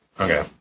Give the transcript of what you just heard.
Okay